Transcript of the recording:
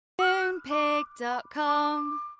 Moonpig.com